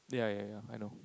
yeah yeah yeah I know